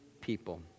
people